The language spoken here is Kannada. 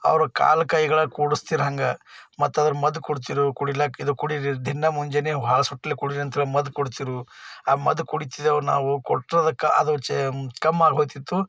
ಅವರು ಕಾಲು ಕೈಗಳ ಕೂಡಿಸ್ತಿರು ಹಂಗ ಮತ್ತೆ ಅದ್ರ ಮದ್ದು ಕೊಡ್ತಿರು ಕುಡಿಲಿಕ್ಕೆ ಇದು ಕುಡಿರಿ ದಿನ ಮುಂಜಾನಿ ಹಳಸು ಹೊಟ್ಟೆಲಿ ಕುಡಿರಿ ಅಂತಹೇಳಿ ಮದ್ದು ಕೊಡ್ತಿರು ಆ ಮದ್ದು ಕುಡಿತಿದ್ದೆವು ನಾವು ಕೊಟ್ಟೊದಕ್ಕೆ ಅದು ಚೇಮ್ ಕಮ್ಮಿ ಆಗಿಹೋಗ್ತಿತ್ತು